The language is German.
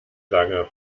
lange